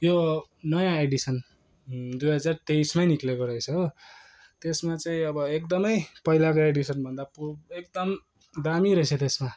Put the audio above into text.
यो नयाँ एडिसन दुई हजार तेइसमै निक्लेको रहेछ हो त्यसमा चाहिँ अब एकदमै पहिलाको एडिसनभन्दा एकदम दामी रहेछ त्यसमा